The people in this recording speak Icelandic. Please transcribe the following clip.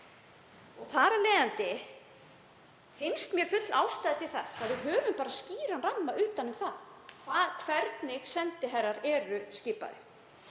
Þar af leiðandi finnst mér full ástæða til að við höfum skýran ramma utan um það hvernig sendiherrar eru skipaðir.